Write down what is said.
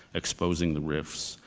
exposing the rifts,